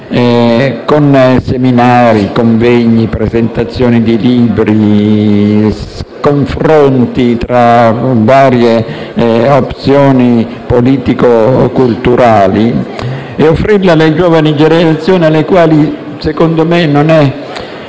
con seminari, convegni, presentazioni di libri, confronti tra varie opzioni politico-culturali da offrire alle giovani generazioni alle quali - secondo me - non